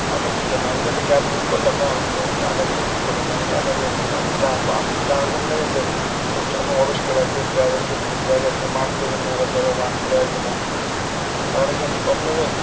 আমি কি জানি আমি তো একটা ক্যাব বুক করলাম না আমি তো তো আমাকে টাকা দিয়েই বুক করলাম না আমি টাকা দেবো না তো আমি কি টাকা আপনি কি টাকা কম নেবেন যে সিটটা এরকম অপরিস্কার রাখবেন ড্রাইভারকে ড্রাইভারকে মাস্ক দেবেন না বা ড্রাইভার মাস্ক পরে আসবেন না টাকাটা কি আপনি কম নেবেন